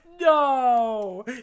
No